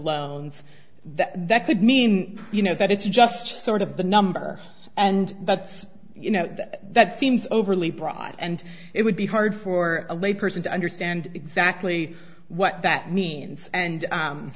loans that that could mean you know that it's just sort of the number and but you know that seems overly broad and it would be hard for a lay person to understand exactly what that means and